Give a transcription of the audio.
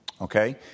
Okay